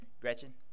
Gretchen